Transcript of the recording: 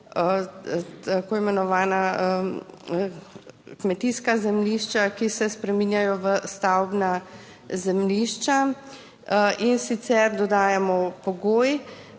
tako imenovana kmetijska zemljišča, ki se spreminjajo v stavbna zemljišča, in sicer dodajamo pogoj,